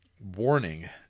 Warning